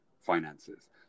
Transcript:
finances